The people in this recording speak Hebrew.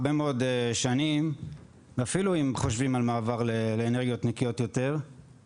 הרבה מאוד שנים ואפילו אם חושבים על מעבר לאנרגיות נקיות יותר,